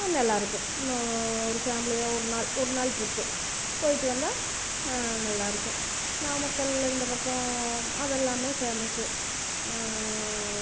நல்லா இருக்கும் ஒரு ஃபேமிலியாக ஒரு நாள் ஒரு நாள் ட்ரிப்பு போய்விட்டு வந்தால் நல்லா இருக்கும் நாமக்கல்லில் இந்த பக்கம் அதெல்லாமே ஃபேமஸ்ஸு